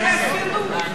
מוקדמת.